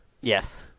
Yes